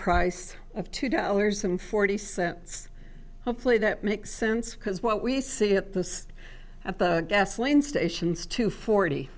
price of two dollars and forty cents hopefully that makes sense because what we see at the at the gasoline stations to forty